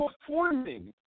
performing